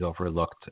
overlooked